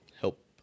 help